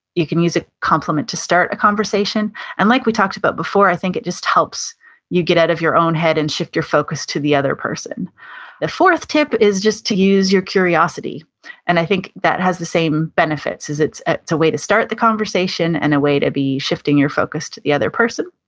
you can use a complement to start a conversation. and like we talked about before, i think it just helps you get out of your own head and shift your focus to the other person the fourth tip is just to use your curiosity and i think that has the same benefits, is it's a way to start the conversation and a way to be shifting your focus to the other person.